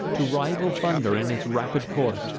to rival thunder in its rapid course,